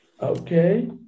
Okay